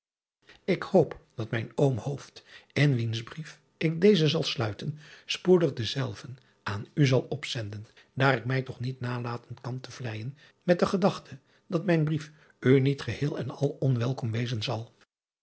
k hoop dat mijn om in wiens brief ik dezen zal stuiten spoedig denzelven aan u zal opzenden daar ik mij toch niet nalaten kan te vleijen met de gedachte dat mijn brief u niet geheel en al onwelkom wezen zal